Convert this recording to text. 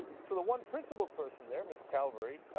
so the one visible person there, ms. calvary,